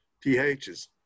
ph's